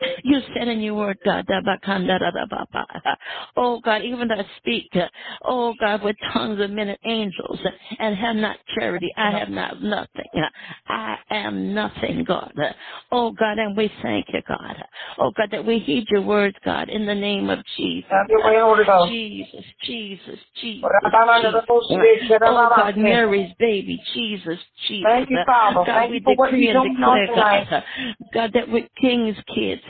You said in your word, God, da- ba- kanda- da- da- ba- ba- ba. Oh, God, even though I speak, uh, oh, God, with tongues of men and angels, uh, and have not charity, I have not nothing. I am nothing, God. Oh, God, and we thank you, God. Oh, God, that we heed your words, God, in the name of Jesus. Have your way, Lord, it goes. Jesus, Jesus, For thou Jesus, art under the most Jesus. great shadow of Oh, my God, life. Mary's baby, Jesus, Thank Jesus. you, Father. God, Thank we you for what decree you've and done for us declare, God, tonight. God, that we're king's kids,